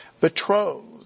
betrothed